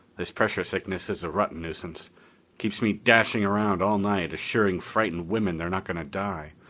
this pressure sickness is a rotten nuisance keeps me dashing around all night assuring frightened women they're not going to die.